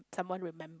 someone remem~